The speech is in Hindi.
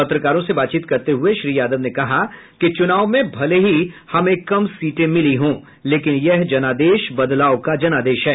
पत्रकारों से बातचीत करते हुए श्री यादव ने कहा कि चुनाव में भले ही हमें कम सीटें मिली हो लेकिन यह जनादेश बदलाव का जनादेश है